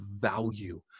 value